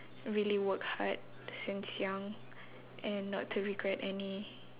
really work hard since young and not to regret any